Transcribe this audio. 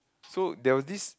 so there was this